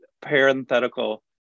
parenthetical